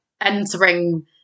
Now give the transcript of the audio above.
entering